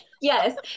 Yes